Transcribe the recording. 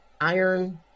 Iron